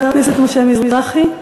חבר הכנסת משה מזרחי,